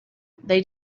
they